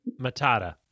Matata